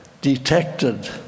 detected